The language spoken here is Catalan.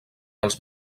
els